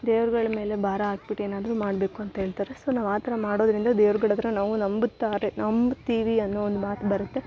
ದೇವ್ರ್ಗಳ ಮೇಲೆ ಭಾರ ಹಾಕ್ಬಿಟ್ಟು ಏನಾದರೂ ಮಾಡಬೇಕು ಅಂತೇಳ್ತಾರೆ ಸೊ ನಾವು ಆ ಥರ ಮಾಡೋದರಿಂದ ದೇವ್ರ್ಗಡ ಹತ್ರ ನಾವು ನಂಬುತ್ತಾರೆ ನಂಬ್ತೀವಿ ಅನ್ನೋ ಒಂದು ಮಾತು ಬರುತ್ತೆ